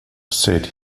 said